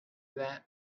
that